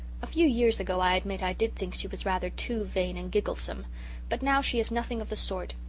a few years ago i admit i did think she was rather too vain and gigglesome but now she is nothing of the sort.